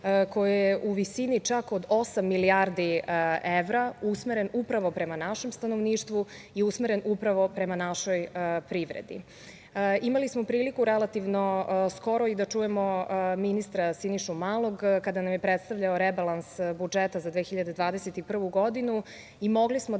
koji je u visini čak od osam milijardi evra, usmeren upravo prema našem stanovništvu i usmeren upravo prema našoj privredi. Imali smo priliku relativno skoro i da čujemo ministra Sinišu Malog, kada nam je predstavljao rebalans budžeta za 2021. godinu, i mogli smo da